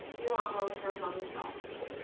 we want lone pairs on this oxygen.